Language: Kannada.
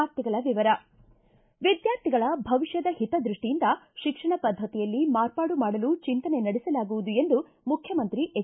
ವಾರ್ತೆಗಳ ವಿವರ ವಿದ್ಯಾರ್ಥಿಗಳ ಭವಿಷ್ಯದ ಹಿತ ದೃಷ್ಟಿಯಿಂದ ಶಿಕ್ಷಣ ಪದ್ಧತಿಯಲ್ಲಿ ಮಾರ್ಪಾಡು ಮಾಡಲು ಚಿಂತನೆ ನಡೆಸಲಾಗುವುದು ಎಂದು ಮುಖ್ಯಮಂತ್ರಿ ಎಚ್